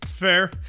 Fair